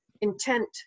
intent